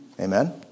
Amen